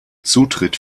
zutritt